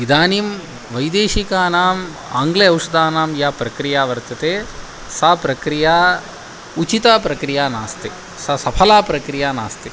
इदानीं वैदेशिकानाम् आङ्ग्ल्य औषधानां या प्रक्रिया वर्तते सा प्रक्रिया उचिता प्रक्रिया नास्ति सा सफला प्रक्रिया नास्ति